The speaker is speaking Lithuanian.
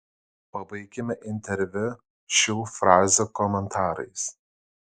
pabaikime interviu šių frazių komentarais